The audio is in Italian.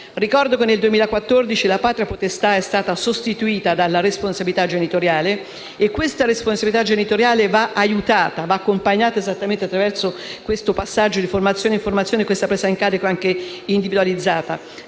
Ricordo che nel 2014 la patria potestà è stata sostituita dalla responsabilità genitoriale. Questa responsabilità genitoriale va aiutata e accompagnata esattamente attraverso questo passaggio di formazione e informazione e questa presa in carico individualizzata,